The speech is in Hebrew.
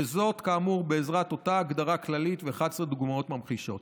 וזאת כאמור בעזרת אותה הגדרה כללית ו-11 דוגמאות ממחישות.